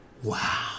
Wow